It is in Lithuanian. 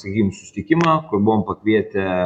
sakykim susitikimą kur buvom pakvietę